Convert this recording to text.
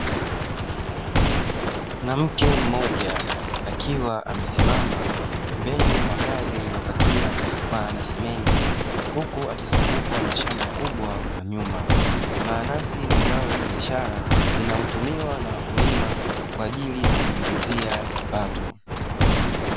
Mwanamke mmoja akiwa amesimama pembeni mwa gari lilopakia maanasi mengi huku akizungumza na shamba kubwa kwa nyuma, manasi ni zao la biashara inayotumiwa na wakulima kwa ajili ya kujiingizia kipato.